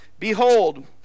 Behold